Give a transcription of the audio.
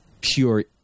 pure